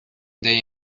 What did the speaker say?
they